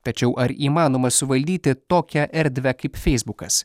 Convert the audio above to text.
tačiau ar įmanoma suvaldyti tokią erdvę kaip feisbukas